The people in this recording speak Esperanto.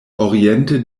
oriente